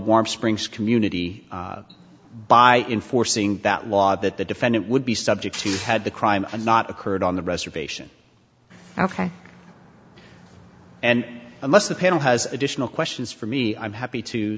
warm springs community by enforcing that law that the defendant would be subject to had the crime and not occurred on the reservation ok and unless the panel has additional questions for me i'm happy to